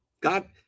God